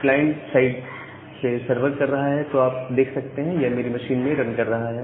client side से server कर रहा है तो आप देख सकते हैं यह मेरी मशीन में रन कर रहा है